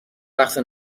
وقت